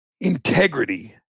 integrity